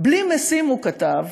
בלי משים, הוא כתב,